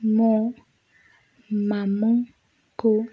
ମୁଁ ମାମୁଁଙ୍କୁ